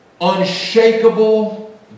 unshakable